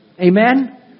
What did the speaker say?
Amen